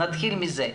נתחיל מזה.